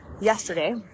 yesterday